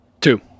Two